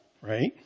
right